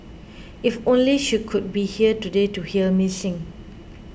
if only she could be here today to hear me sing